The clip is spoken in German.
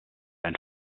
ein